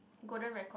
golden record